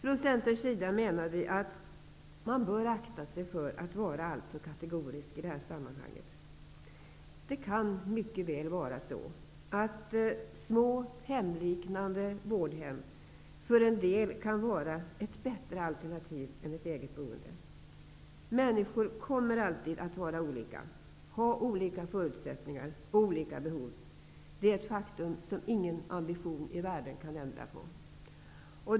Från centerns sida menar vi att man bör akta sig för att vara alltför kategorisk i det här sammanhanget. Det kan mycket väl vara så att små hemliknande vårdhem för en del kan vara ett bättre alternativ än ett eget boende. Människor kommer alltid att vara olika, ha olika förutsättningar och olika behov. Det är ett faktum som ingen ambition i världen kan ändra på.